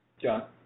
John